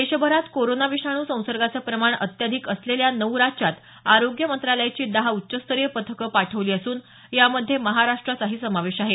देशभरात कोरोना विषाणू संसर्गाचं प्रमाण अत्यधिक असलेल्या नऊ राज्यात आरोग्य मंत्रालयाची दहा उच्चस्तरीय पथकं पाठवली असून यामध्ये महाराष्ट्राचाही समावेश आहे